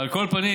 על כל פנים,